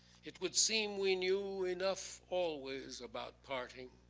it would seem we knew enough always about parting.